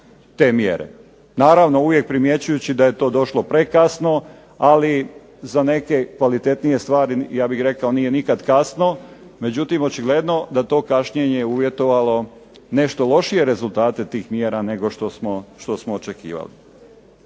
te mjere. Naravno uvijek primjećujući da je to došlo prekasno, ali za neke kvalitetnije stvari ja bih rekao nije nikad kasno, međutim očigledno da to kašnjenje je uvjetovalo nešto lošije rezultate tih mjera nego što smo očekivali.